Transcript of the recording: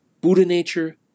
Buddha-nature